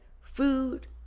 Food